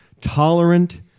tolerant